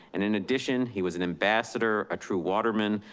and in addition, he was an ambassador, a true waterman,